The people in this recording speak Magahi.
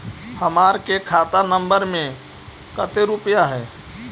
हमार के खाता नंबर में कते रूपैया है?